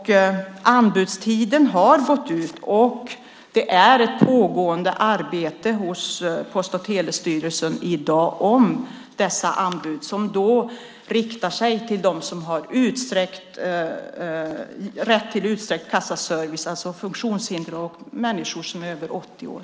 Anbudstiden har gått ut, och det är ett pågående arbete hos Post och telestyrelsen i dag om dessa anbud, som just riktar sig till dem som har rätt till utsträckt kassaservice, alltså funktionshindrade och människor som är över 80 år.